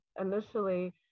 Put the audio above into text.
initially